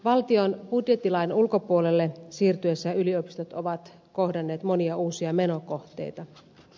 valtion budjettilain ulkopuolelle siirtyessään yliopistot ovat kohdanneet monia uusia menokohteita